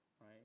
right